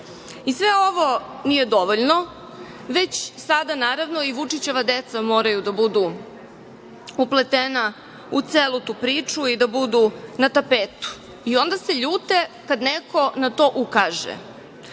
ovo nije dovoljno, već sada, naravno, i Vučićeva deca moraju da budu upletena u celu tu priču i da budu na tapetu. Onda se ljute kad neko na to ukaže.